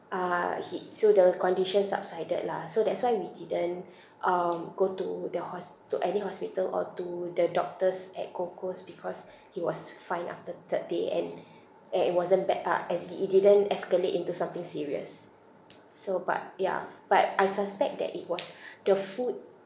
uh he so the condition subsided lah so that's why we didn't um go to the hos~ to any hospital or to the doctors at gold coast because he was fine after the third day and and it wasn't bad ah as in it didn't escalate into something serious so but ya but I suspect that it was the food